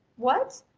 what?